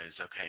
okay